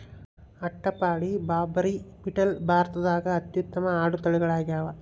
ಅಟ್ಟಪಾಡಿ, ಬಾರ್ಬರಿ, ಬೀಟಲ್ ಭಾರತದಾಗ ಅತ್ಯುತ್ತಮ ಆಡು ತಳಿಗಳಾಗ್ಯಾವ